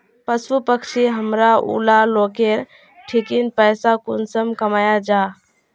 पशु पक्षी हमरा ऊला लोकेर ठिकिन पैसा कुंसम कमाया जा?